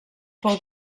fou